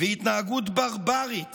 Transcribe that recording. והתנהגות ברברית